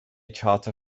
charter